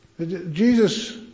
Jesus